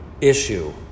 issue